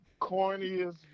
corniest